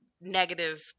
negative